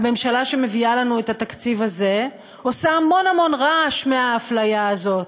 הממשלה שמביאה לנו את התקציב הזה עושה המון המון רעש מהאפליה הזאת,